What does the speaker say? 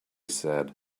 said